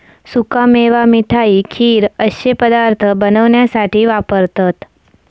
सुका मेवा मिठाई, खीर अश्ये पदार्थ बनवण्यासाठी वापरतत